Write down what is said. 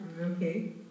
Okay